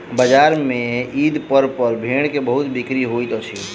बजार में ईद पर्व में भेड़ के बहुत बिक्री होइत अछि